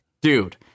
Dude